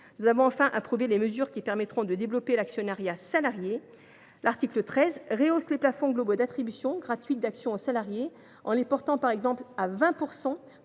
Nous avons enfin approuvé les mesures qui permettront de développer l’actionnariat salarié. L’article 13 rehausse les plafonds globaux d’attribution gratuite d’actions aux salariés, en les portant par exemple à 20